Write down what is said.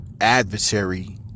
adversary